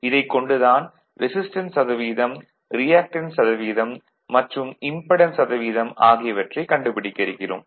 இதைக் கொண்டு தான் ரெசிஸ்டென்ஸ் சதவீதம் ரியாக்டன்ஸ் சதவீதம் மற்றும் இம்படென்ஸ் சதவீதம் ஆகியவற்றைக் கண்டுபிடிக்க இருக்கிறோம்